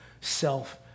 self